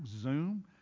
Zoom